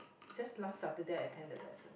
just last Saturday I attend the lesson